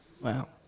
Wow